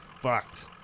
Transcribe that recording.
fucked